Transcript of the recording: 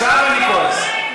עכשיו אני כועס.